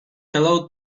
hello